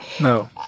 No